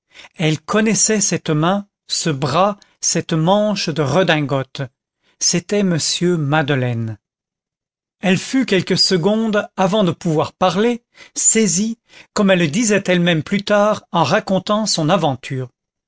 elle connaissait cette main ce bras cette manche de redingote c'était m madeleine elle fut quelques secondes avant de pouvoir parler saisie comme elle le disait elle-même plus tard en racontant son aventure